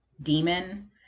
demon